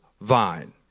vine